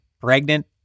pregnant